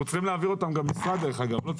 אנחנו צריכים להעביר אותם גם משרד, דרך אגב, לא?